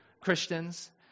Christians